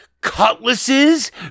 cutlasses